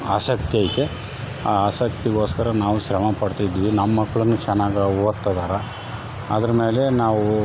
ಆಸಕ್ತಿ ಐತೆ ಆ ಆಸಕ್ತಿಗೋಸ್ಕರ ನಾವು ಶ್ರಮ ಪಡ್ತಿದ್ವಿ ನಮ್ಮ ಮಕ್ಳೂ ಚೆನ್ನಾಗಿ ಓದ್ತಾಯಿದ್ದಾರೆ ಅದ್ರ ಮೇಲೆ ನಾವೂ